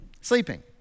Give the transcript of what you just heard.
Sleeping